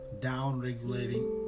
down-regulating